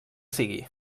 sigui